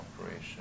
operation